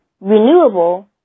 renewable